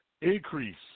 Increase